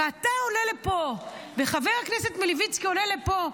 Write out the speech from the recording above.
ואתה עולה לפה, וחבר הכנסת מלביצקי עולה לפה,